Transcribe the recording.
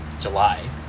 July